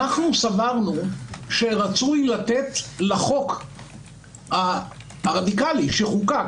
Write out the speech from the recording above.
אנחנו סברנו שרצוי לתת לחוק הרדיקלי שחוקק